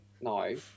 no